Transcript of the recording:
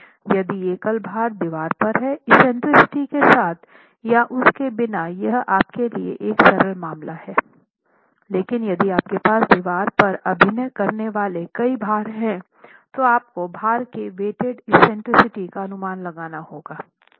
यदि एकल भार दीवार पर हैं एक्सेंट्रिसिटी के साथ या उस के बिना यह आपके लिए एक सरल मामला है लेकिन यदि आपके पास दीवार पर अभिनय करने वाले कई भार हैं तो आपको भार के वेटेड एक्सेंट्रिसिटी का अनुमान लगाना होगा